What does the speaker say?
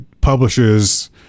publishers